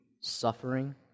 suffering